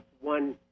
one